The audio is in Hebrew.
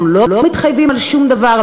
אנחנו לא מתחייבים על שום דבר,